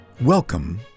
welcome